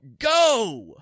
Go